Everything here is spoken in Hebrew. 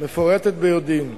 מפורטת ביודעין.